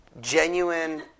genuine